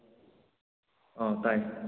ꯑꯥ ꯇꯥꯏ